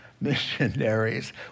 missionaries